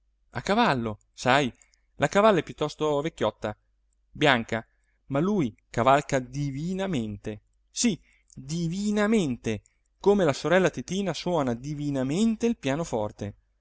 a cavallo sai la cavalla è piuttosto vecchiotta bianca ma lui cavalca divinamente sì divinamente come la sorella titina suona divinamente il pianoforte